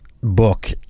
book